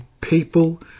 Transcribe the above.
people